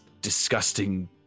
disgusting